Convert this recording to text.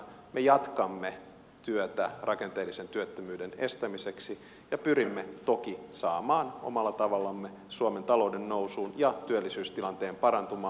me jatkamme työtä rakenteellisen työttömyyden estämiseksi ja pyrimme toki saamaan omalla tavallamme suomen talouden nousuun ja työllisyystilanteen parantumaan